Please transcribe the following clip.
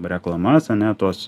reklamas ane tuos